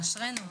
אשרינו.